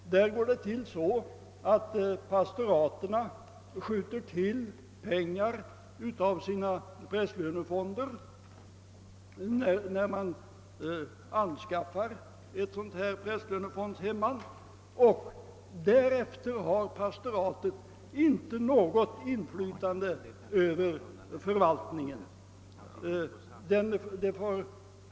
Pastoraten skjuter till pengar ur sina prästlönefonder, när ett prästlönefondshemman anskaffas. Därefter har pastoratet inte något inflytande över förvaltningen.